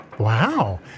Wow